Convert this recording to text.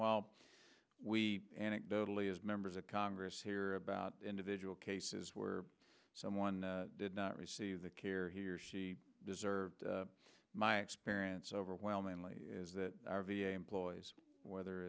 while we anecdotally as members of congress hear about individual cases where someone did not receive the care he or she deserved my experience overwhelmingly is that our v a employees whether